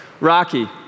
Rocky